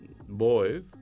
boys